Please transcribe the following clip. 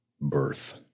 birth